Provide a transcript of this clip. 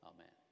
Amen